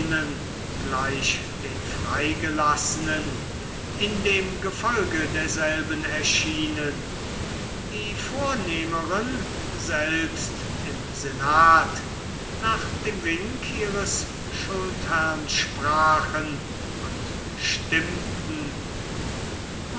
gleich den freigelassenen in dem gefolge derselben erschienen die vornehmeren selbst im senat nach dem wink ihres schuldherrn sprachen und stimmten